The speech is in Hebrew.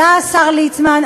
עלה השר ליצמן,